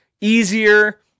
easier